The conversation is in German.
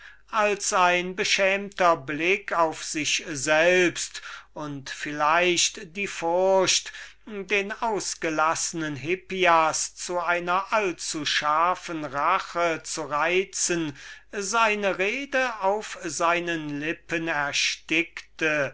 als ein beschämter blick auf sich selbst und vielleicht die furcht belacht zu werden und den ausgelassenen hippias zu einer allzuscharfen rache zu reizen seine rede auf seinen lippen erstickte